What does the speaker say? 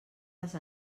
les